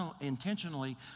intentionally